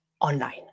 online